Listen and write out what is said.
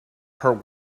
her